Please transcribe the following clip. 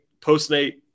post-nate